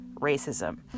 Racism